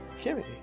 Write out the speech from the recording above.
Kimmy